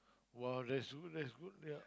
!wow! that's good that's good yeah